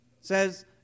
says